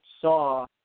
saw